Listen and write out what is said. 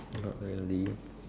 not really